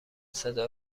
صدا